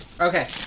Okay